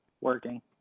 Working